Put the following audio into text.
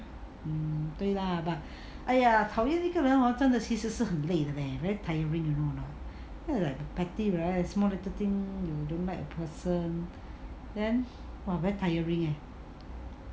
对 lah but !aiya! 讨厌一个人 hor 其实是真的很累的 leh very tiring you know like petty right small little thing you don't like a person then !wah! very tiring eh